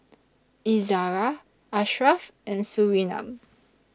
Izzara Ashraf and Surinam